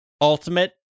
ultimate